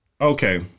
Okay